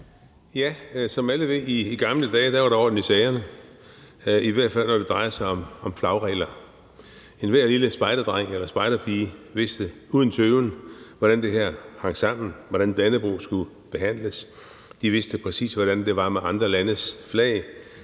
tak. Som alle ved, var der i gamle dage orden i sagerne, i hvert fald når det drejede sig om flagregler. Enhver lille spejderdreng eller spejderpige vidste uden tøven, hvordan det her hang sammen, hvordan Dannebrog skulle behandles. De vidste, præcis hvordan det var med andre landes flag.